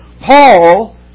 Paul